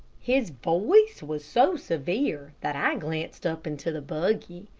his voice was so severe that i glanced up into the buggy.